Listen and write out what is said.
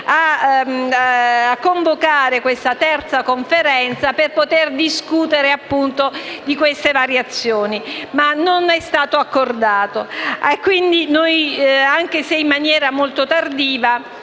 a convocare questa terza conferenza al fine di discutere di queste variazioni ma questo non è stato accordato.